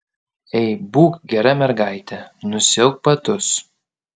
ei būk gera mergaitė nusiauk batus